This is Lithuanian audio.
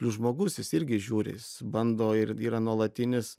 žmogus jis irgi žiūri jis bando ir yra nuolatinis